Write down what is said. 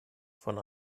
von